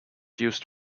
used